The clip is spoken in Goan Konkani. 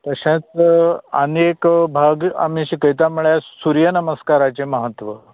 तशेंच आनीक भाग आमी शिकयतात म्हळ्यार सुर्य नमस्काराचें म्हत्व